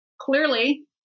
Clearly